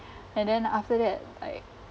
and then after that I